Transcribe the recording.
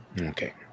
Okay